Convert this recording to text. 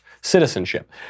citizenship